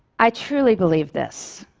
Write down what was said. i truly believe this.